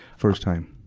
first time.